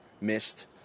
missed